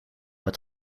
het